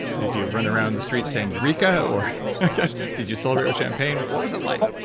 did you run around the streets saying, eureka, or did you celebrate with champagne? what was it like?